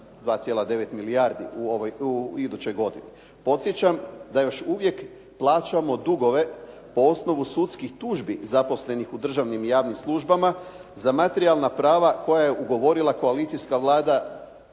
2,9 milijardi u idućoj godini. Podsjećam da još uvijek plaćamo dugove po osnovu sudskih tužbi zaposlenih u državnim i javnim službama za materijalna prava koja je ugovorila koalicijska Vlada